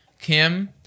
Kim